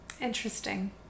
Interesting